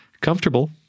comfortable